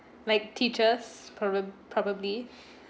my teachers proba~ probably